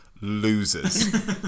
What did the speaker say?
losers